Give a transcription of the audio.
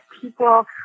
people